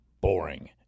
boring